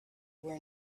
were